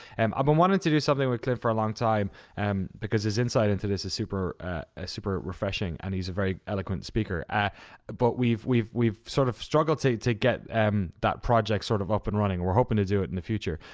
um i've been wanting to do something with clint for a long time um because his insight into this is super ah super refreshing and he's a very eloquent speaker but we've we've sort of struggled to to get that project sort of up and running. we're hoping to do it and the future.